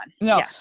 No